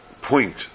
point